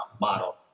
model